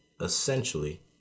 essentially